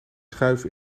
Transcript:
schuif